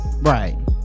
right